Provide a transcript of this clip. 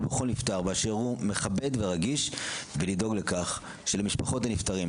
במכון נפתר באשר הוא מכבד ורגיש ולדאוג לכך שמשפחות הנפטרים,